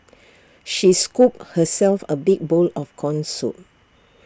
she scooped herself A big bowl of Corn Soup